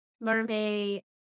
mermaid